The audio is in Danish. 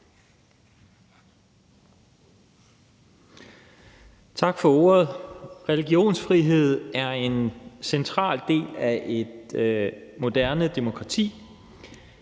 Tak for ordet. Religionsfrihed er en central del af et moderne demokrati.